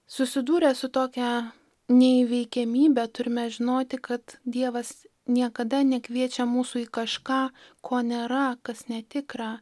susidūrę su tokia neįveikiamybe turime žinoti kad dievas niekada nekviečia mūsų į kažką ko nėra kas netikra